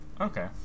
Okay